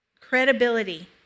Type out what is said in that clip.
Credibility